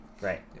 Right